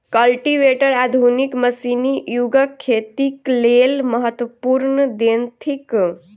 cultivator आधुनिक मशीनी युगक खेतीक लेल महत्वपूर्ण देन थिक